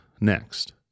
next